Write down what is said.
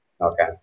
Okay